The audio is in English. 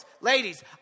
ladies